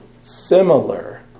Similar